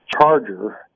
charger